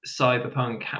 cyberpunk